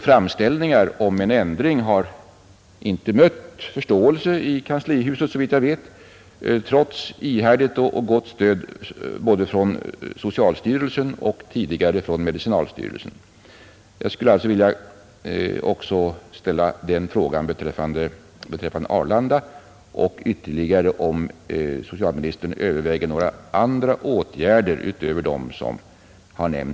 Framställningar om en ändring har, så vitt jag vet, inte mött förståelse i kanslihuset, trots ihärdigt och gott stöd från socialstyrelsen och tidigare från medicinalstyrelsen,